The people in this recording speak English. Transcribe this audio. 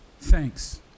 Thanks